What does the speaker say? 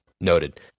Noted